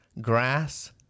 grass